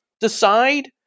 decide